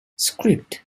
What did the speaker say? script